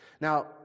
Now